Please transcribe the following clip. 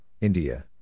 India